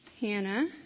Hannah